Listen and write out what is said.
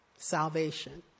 salvation